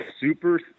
super